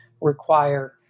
require